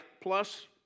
plus